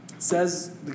says